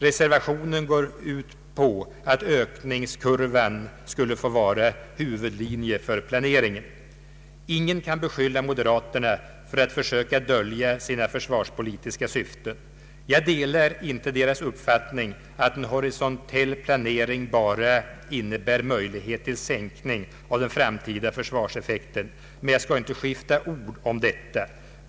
Reservationen går ut på att ökningskurvan skall få vara huvudlinje för planeringen. Ingen kan beskylla moderaterna för att försöka dölja sina försvarspolitiska syften. Jag delar inte deras uppfattning att en horisontell planering bara innebär möjligheter till sänkning av den framtida försvarseffekten, men jag skall inte skifta ord om detta.